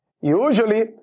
Usually